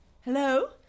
Hello